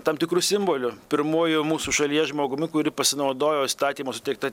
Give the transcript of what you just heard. tam tikru simboliu pirmuoju mūsų šalies žmogumi kuri pasinaudojo įstatymo suteikta